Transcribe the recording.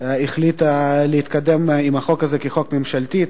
החליטה להתקדם עם החוק הזה כחוק ממשלתי,